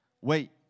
Wait